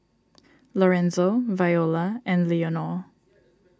Lorenzo Viola and Leonor